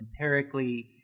empirically